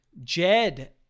Jed